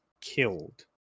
killed